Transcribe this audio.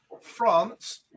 France